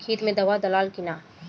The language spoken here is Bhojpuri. खेत मे दावा दालाल कि न?